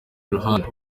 iruhande